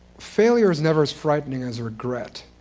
failure is never as frightening as regret.